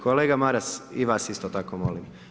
Kolega Maras, i vas isto tako molim.